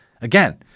Again